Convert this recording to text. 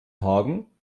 hagen